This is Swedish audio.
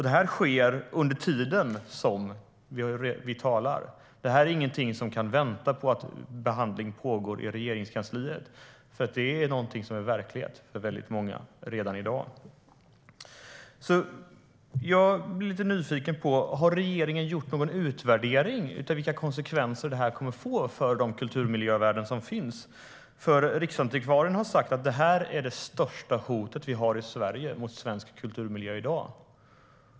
Detta sker under tiden som vi talar. Det är inget som kan vänta medan behandling pågår i Regeringskansliet. Detta är nämligen något som är verklighet för väldigt många redan i dag. Har regeringen gjort någon utvärdering av vilka konsekvenser detta kommer att få för de kulturmiljövärden som finns? Riksantikvarien har sagt att detta är det största hotet mot svensk kulturmiljö i dag.